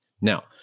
Now